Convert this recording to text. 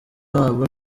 wabo